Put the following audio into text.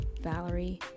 valerie